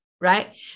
right